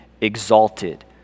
Exalted